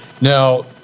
Now